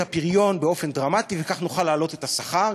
הפריון באופן דרמטי וכך נוכל להעלות את השכר,